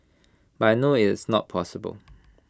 but I know IT is not possible